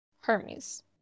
Hermes